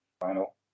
Final